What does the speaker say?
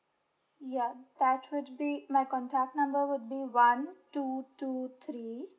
ya that would be my contact number would be one two two three